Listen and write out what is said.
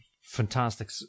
fantastic